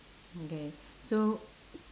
okay so